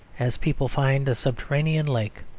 as people find a subterranean lake.